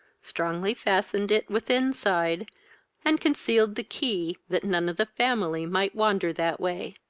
strongly fastened it within-side, and concealed the key, that none of the family might wander that way.